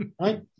right